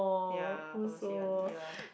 ya purposely one ya